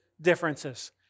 differences